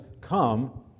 come